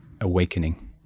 awakening